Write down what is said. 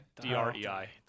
D-R-E-I